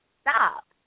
stop